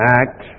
act